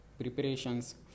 preparations